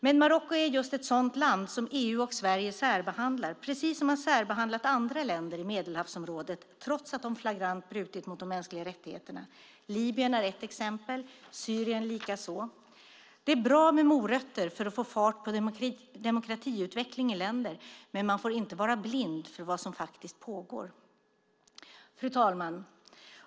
Men Marocko är just ett sådant land som EU och Sverige särbehandlar, precis som man särbehandlat andra länder i Medelhavsområdet trots att de flagrant brutit mot de mänskliga rättigheterna. Libyen är ett exempel, Syrien likaså. Det är bra med morötter för att få fart på demokratiutveckling i länder, men man får inte vara blind för vad som faktiskt pågår. Fru talman!